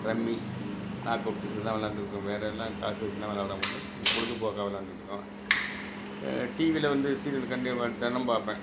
rummy knock out இதெலாம் விளாயாண்ட்ருக்கோம் வேறே இதெலாம் காசு வச்சிலாம் விளாயாட மாட்டோம் சும்மா பொழுதுபோக்கா விளாயாண்டுட்ருக்கோம் டிவிவில் வந்து சீரியல் கன்டினியூவாக தினம் பார்ப்பேன்